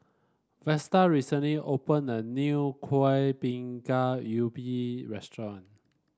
Vesta recently opened a new Kuih Bingka Ubi restaurant